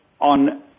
on